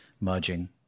merging